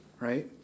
Right